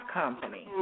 company